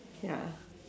ya